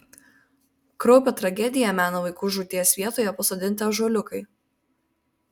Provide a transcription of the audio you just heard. kraupią tragediją mena vaikų žūties vietoje pasodinti ąžuoliukai